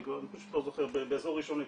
אני לא זוכר, זה היה באזור ראשון לציון.